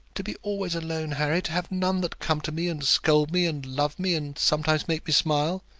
to be always alone, harry to have none that come to me and scold me, and love me, and sometimes make me smile!